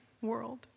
world